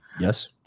Yes